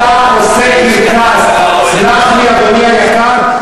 אתה עושה קרקס, סלח לי, אדוני היקר,